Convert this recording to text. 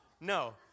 No